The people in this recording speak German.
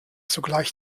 sogleich